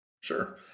Sure